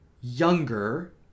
younger